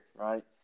right